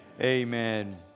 amen